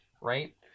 Right